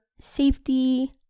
safety